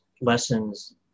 lessons